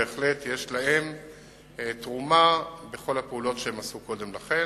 בהחלט יש להם תרומה בכל הפעולות שהם עשו קודם לכן,